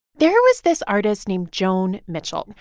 there was this artist named joan mitchell.